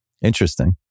Interesting